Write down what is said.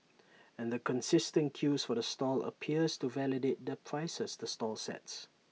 and the consistent queues for the stall appears to validate the prices the stall sets